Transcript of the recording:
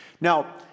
Now